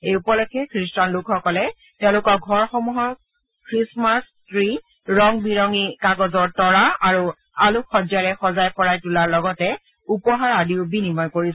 এই উপলক্ষে খ্ৰীষ্টান লোকসকলে তেওঁলোকৰ ঘৰসমূহৰ খ্ৰীষ্টমাছ ত্ৰী ৰং বৰঙি কাগজৰ তৰা আৰু আলোকসজ্জাৰে সজাই পৰাই তোলাৰ লগতে উপহাৰ আদিও বিনিময় কৰিছে